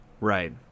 Right